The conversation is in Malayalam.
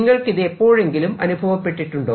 നിങ്ങൾക്ക് ഇത് എപ്പോഴെങ്കിലും അനുഭവപ്പെട്ടിട്ടുണ്ടോ